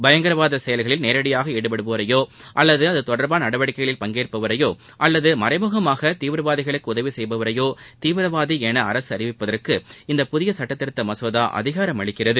பயங்கரவாத செயல்களில் நேரடியாக ஈடுபடுபவரையோ அல்லது அதுதொடர்பான நடவடிக்கைகளில் பங்கேற்பவரையோ அல்லது மறைமுகமாக தீவிரவாதிகளுக்கு உதவி செய்பவரையோ தீவிரவாதி என அரசு அறிவிப்பதற்கு இந்த புதிய சுட்டத்திருத்த மசோதா அதிகாரம் அளிக்கிறது